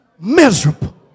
miserable